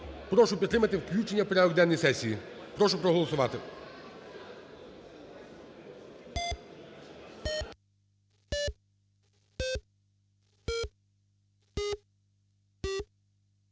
Прошу підтримати включення в порядок денний сесії. Прошу проголосувати.